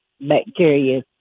bacteria